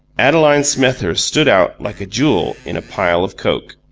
adeline smethurst stood out like a jewel in a pile of coke.